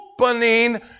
opening